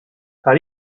how